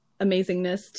amazingness